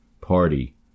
Party